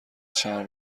چند